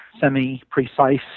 semi-precise